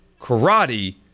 Karate